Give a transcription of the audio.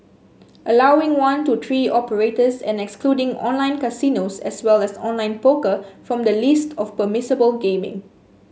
allowing one to three operators and excluding online casinos as well as online poker from the list of permissible gaming